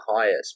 highest